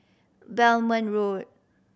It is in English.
Belmont Road